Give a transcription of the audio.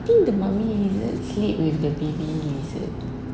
think the mummy lizard sleep with the baby lizard